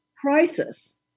crisis